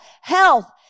health